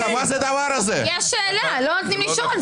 יש שאלה, לא נותנים לשאול.